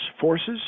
forces